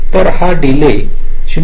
तर हा डीले 0